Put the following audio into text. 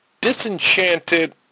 disenchanted